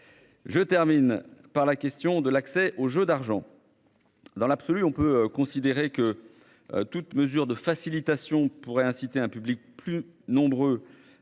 Je termine par la question de l'accès aux jeux d'argent. Dans l'absolu, on peut considérer que. Toutes mesures de facilitation pourrait inciter un public plus nombreux à